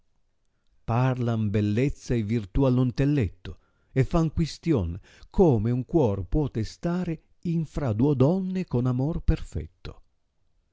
n bellezza e virtù allo intelletto e fan quistion come nn caor puote stare infra duo donne con amor perfetto